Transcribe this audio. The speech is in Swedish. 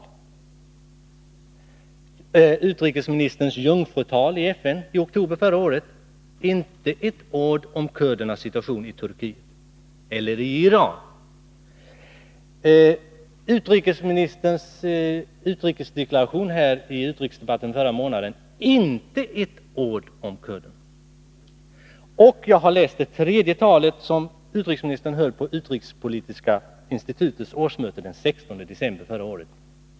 I utrikesministerns jungfrutali FN i oktober förra året förekom inte ett ord om kurdernas situation i Turkiet eller i Iran. Inte heller i utrikesministerns deklaration i samband med utrikesdebatten förra månaden förekom ett enda ord om kurderna. Jag har också läst ett tredje tal, som utrikesministern höll på utrikespolitiska institutets årsmöte den 16 december förra året.